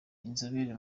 inzobere